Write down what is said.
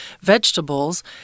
vegetables